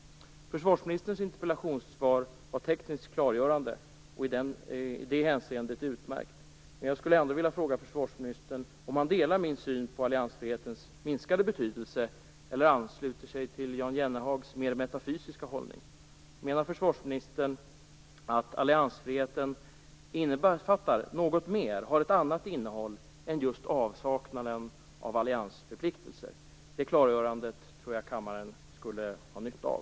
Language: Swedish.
Försvarsministerns interpellationssvar var tekniskt klargörande och i det hänseendet utmärkt. Men jag skulle ändå vilja fråga försvarsministern om han delar min syn på alliansfrihetens minskade betydelse. Eller ansluter han sig till Jan Jennhags mer metafysiska hållning? Menar försvarsministern att alliansfriheten innefattar något mer än just avsaknaden av alliansförpliktelser? Det klargörandet skulle kammaren ha nytta av.